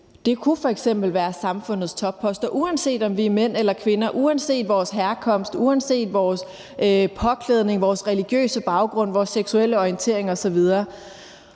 til f.eks. samfundets topposter, uanset om vi er mænd eller kvinder, uanset vores herkomst, uanset vores påklædning, vores religiøse baggrund, vores seksuelle orientering osv.